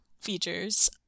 features